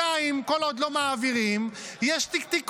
ובינתיים, כל עוד לא מעבירים, יש תיקון,